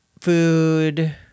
food